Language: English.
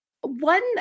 one